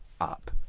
up